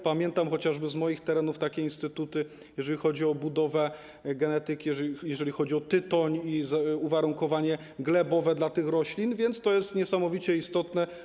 Pamiętam chociażby z moich terenów takie instytuty, jeżeli chodzi o budowę genetyki, jeżeli chodzi o tytoń i uwarunkowanie glebowe dla tych roślin, więc to jest niesamowicie istotne.